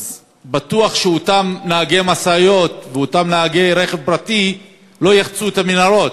אז בטוח שאותם נהגי משאיות ואותם נהגי רכב פרטי לא יחצו את המנהרות,